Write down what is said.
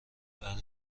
بعد